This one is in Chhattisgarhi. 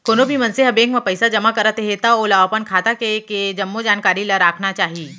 कोनो भी मनसे ह बेंक म पइसा जमा करत हे त ओला अपन खाता के के जम्मो जानकारी ल राखना चाही